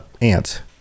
ant